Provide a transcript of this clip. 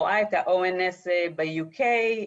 רואה את ה-ONS ב-UK,